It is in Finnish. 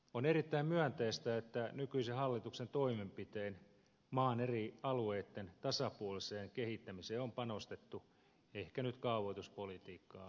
on erittäin myönteistä että nykyisen hallituksen toimenpitein maan eri alueitten tasapuoliseen kehittämiseen on panostettu ehkä nyt kaavoituspolitiikkaa lukuun ottamatta